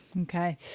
Okay